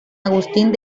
agustín